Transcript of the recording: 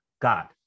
God